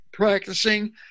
practicing